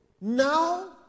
now